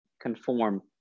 conform